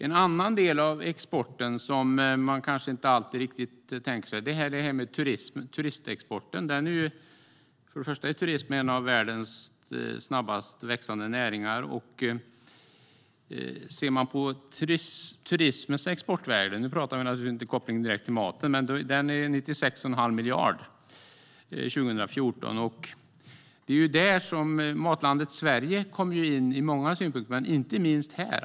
En annan del av exporten som man inte alltid tänker på är turistexporten. Turismen är en av världens snabbast växande näringar. Turismens exportvärde - här ser vi förstås ingen direkt koppling till maten - var 96,5 miljarder år 2014. Matlandet Sverige kommer in i många synpunkter, inte minst här.